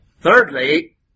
Thirdly